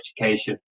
education